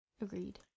Agreed